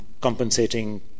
compensating